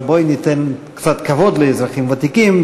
אבל בואי ניתן קצת כבוד לאזרחים ותיקים.